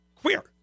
Queer